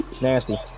Nasty